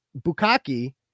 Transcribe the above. Bukaki